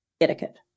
etiquette